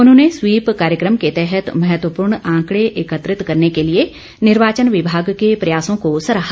उन्होंने स्वीप कार्यक्रम के तहत महत्वपूर्ण आंकड़े एकत्रित करने के लिए निर्वाचन विभाग के प्रयासों को सराहा